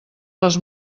les